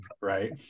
right